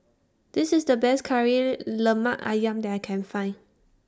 This IS The Best Kari Lemak Ayam that I Can Find